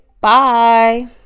Bye